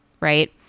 right